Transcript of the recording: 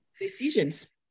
decisions